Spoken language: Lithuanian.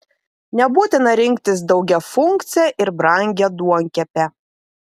nebūtina rinktis daugiafunkcę ir brangią duonkepę